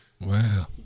Wow